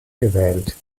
gewählt